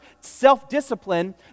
self-discipline